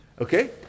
okay